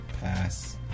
pass